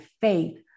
faith